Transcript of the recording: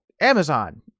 Amazon